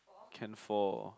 can four